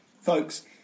Folks